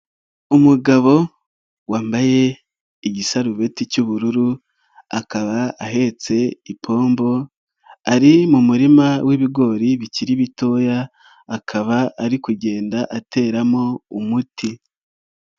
Umugabo wambaye igisarubeti cy'ubururu akaba ahetse ipombo, ari mu murima w'ibigori bikiri bitoya akaba ari kugenda ateramo umuti.